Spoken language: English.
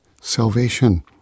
salvation